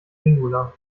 singular